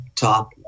top